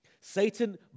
Satan